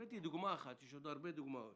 הבאתי דוגמה אחת, ויש עוד הרבה דוגמאות.